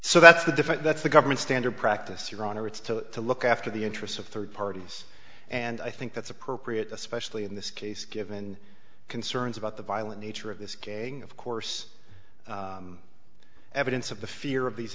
so that's a different that's the government standard practice your honor it's to look after the interests of third parties and i think that's appropriate especially in this case given concerns about the violent nature of this gang of course the evidence of the fear of these